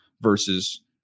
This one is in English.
versus